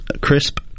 crisp